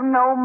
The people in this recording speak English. no